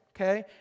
okay